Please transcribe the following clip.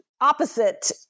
opposite